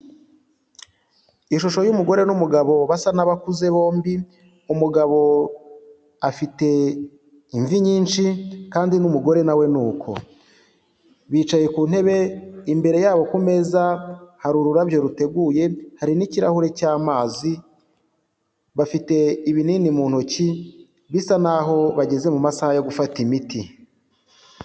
Ishusho y'umugore n'umugabo basa n'abakuze bombi, umugabo afite imvi nyinshi kandi n'umugore nawe ni uko, bicaye ku ntebe imbere yabo ku meza hari ururabyo ruteguye hari n'ikirahure cy'amazi, bafite ibinini mu ntoki bisa naho bageze mu masaha yo gufata imiti.